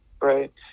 right